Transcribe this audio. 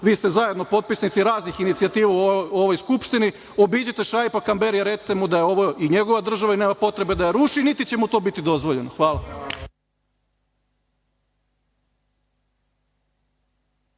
Vi ste zajedno potpisnici raznih inicijativa u ovoj Skupštini. Obiđite Šaipa Kamberija, recite mu da je ovo i njegova država i nema potrebe da je ruši, niti će mu to biti dozvoljeno. Hvala.